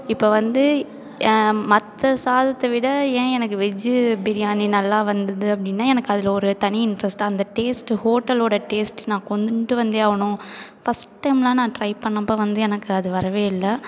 இப்ப வந்து மற்ற சாதத்தை விட ஏன் எனக்கு வெஜ்ஜு பிரியாணி நல்லா வந்தது அப்படின்னா எனக்கு அதில் ஒரு தனி இன்ட்ரெஸ்ட்டு அந்த டேஸ்ட்டு ஹோட்டலோட டேஸ்ட்டு நான் கொண்டுன்ட்டு வந்தே ஆகணும் ஃபர்ஸ்ட் டைம்லாம் நான் ட்ரை பண்ணப்போ வந்து எனக்கு அது வரவே இல்லை